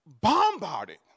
bombarded